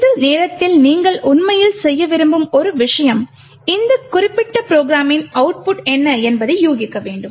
இந்த நேரத்தில் நீங்கள் உண்மையில் செய்ய விரும்பும் ஒரு விஷயம் இந்த குறிப்பிட்ட ப்ரோக்ராமின் அவுட்புட் என்ன என்பதை யூகிக்க வேண்டும்